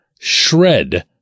shred